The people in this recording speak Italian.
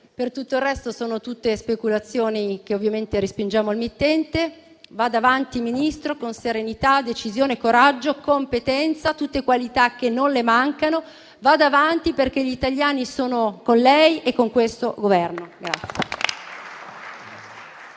Per tutto il resto, sono tutte speculazioni che ovviamente respingiamo al mittente. Vada avanti, Ministro, con serenità, decisione, coraggio e competenza: tutte qualità che non le mancano. Vada avanti perché gli italiani sono con lei e con questo Governo.